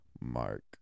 Mark